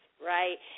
right